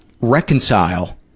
reconcile